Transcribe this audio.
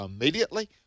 immediately